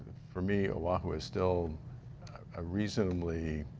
for me, oahu is still a reasonably,